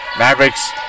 Mavericks